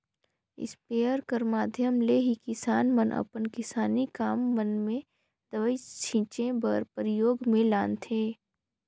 sprayer कर माध्यम ले ही किसान मन अपन किसानी काम मन मे दवई छीचे बर परियोग मे लानथे